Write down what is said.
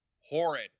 horrid